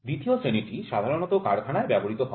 ২'য় শ্রেণীটি সাধারণত কারখানায় ব্যবহৃত হয়